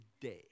day